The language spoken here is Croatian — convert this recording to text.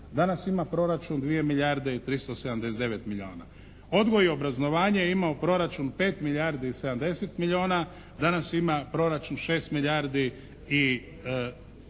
danas ima proračun 2 milijarde i 379 milijuna. Odgoj i obrazovanje je imao proračun 5 milijardi i 70 milijuna, danas ima proračun 6 milijardi i